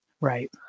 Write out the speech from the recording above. Right